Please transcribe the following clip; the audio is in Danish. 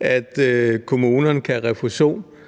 at kommunerne kan få refusion